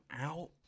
out